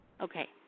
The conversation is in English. Okay